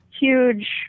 huge